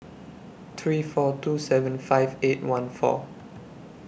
three four two seven five eight one four